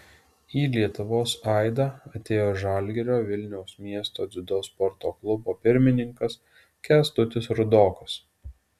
į lietuvos aidą atėjo žalgirio vilniaus miesto dziudo sporto klubo pirmininkas kęstutis rudokas